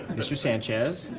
mr. sanchez,